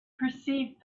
perceived